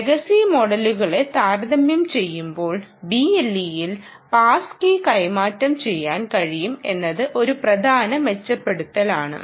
legacy മോഡലുകളെ താരതമ്യം ചെയ്യുമ്പോൾ BLEയിൽ പാസ് കീ കൈമാറ്റം ചെയ്യാൻ കഴിയും എന്നത് ഒരു പ്രധാന മെച്ചപ്പെടുത്തലാണ്